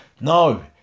No